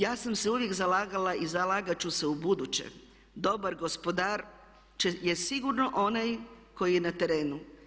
Ja sam se uvijek zalagala i zalagat ću se ubuduće, dobar gospodar je sigurno onaj koji je na terenu.